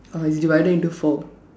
uh it's divided into four